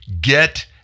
get